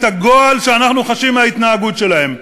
את הגועל שאנחנו חשים מההתנהגות שלהם.